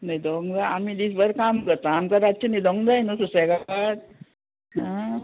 न्हिदोंक जाय आमी दीस बरें काम करता आमकां रातचें न्हिदोंक जाय न्हू सुसेगाद